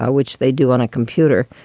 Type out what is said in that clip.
ah which they do on a computer,